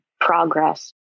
progress